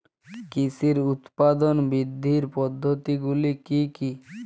কৃষির উৎপাদন বৃদ্ধির পদ্ধতিগুলি কী কী?